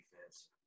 defense